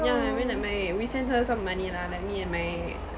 yeah I mean like my we sent her some money lah like me and my